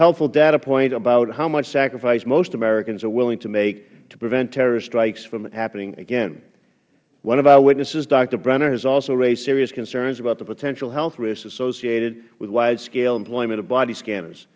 helpful data point about how much sacrifice most americans are willing to make to prevent terrorist strikes from happening again one of our witnesses doctor brenner has also raised serious concerns about the potential health risks associated with wide scale employment of body scanners